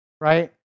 right